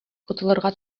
котылырга